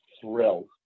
thrilled